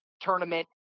tournament